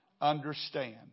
understand